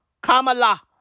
Kamala